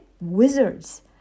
wizards